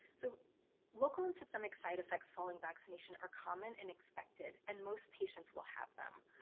so local and systemic side effects following vaccination are common and expected. and most patients will have them.